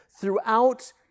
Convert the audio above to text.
throughout